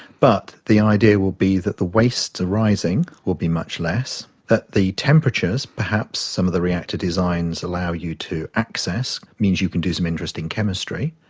but the idea will be that the wastes arising will be much less, that the temperatures perhaps some of the reactor designs allow you to access means you can do some interesting chemistry,